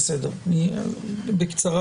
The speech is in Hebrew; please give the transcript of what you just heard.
בקצרה.